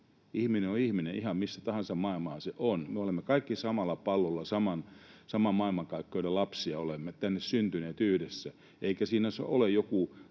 Ihminen on ihminen ihan missä tahansa päin maailmaa hän on. Me olemme kaikki samalla pallolla, saman maailmankaikkeuden lapsia, olemme tänne syntyneet yhdessä. Eikä siinä ole jotain